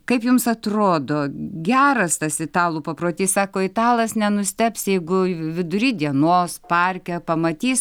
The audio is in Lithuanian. kaip jums atrodo geras tas italų paprotys sako italas nenustebs jeigu vidury dienos parke pamatys